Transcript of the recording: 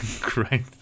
great